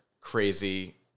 crazy